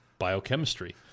biochemistry